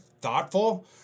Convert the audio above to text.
thoughtful